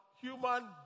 human